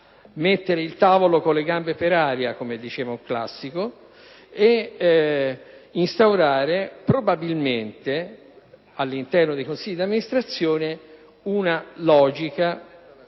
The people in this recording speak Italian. mettere il tavolo con le gambe per aria, come diceva un classico, instaurando probabilmente all'interno del Consiglio di amministrazione una logica